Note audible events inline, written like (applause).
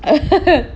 (laughs)